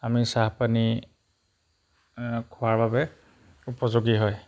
আমি চাহপানী খোৱাৰ বাবে উপযোগী হয়